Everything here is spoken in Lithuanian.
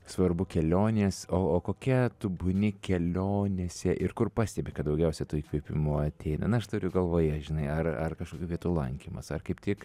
svarbu kelionės o o kokia tu būni kelionėse ir kur pastebi kad daugiausia to įkvėpimo ateina na aš turiu galvoje žinai ar ar kažkokių vietų lankymas ar kaip tik